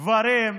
גברים,